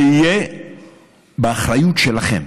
זה יהיה באחריות שלכם.